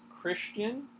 Christian